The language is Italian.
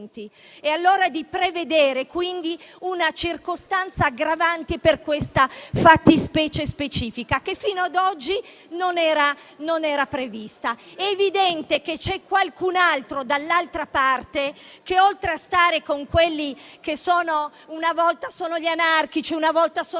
i delinquenti, prevedendo quindi una circostanza aggravante per questa fattispecie specifica, che fino ad oggi non era prevista. È evidente che c'è qualcun altro, dall'altra parte, che, oltre a stare con quelli che una volta sono gli anarchici, una volta sono gli